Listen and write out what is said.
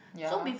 ya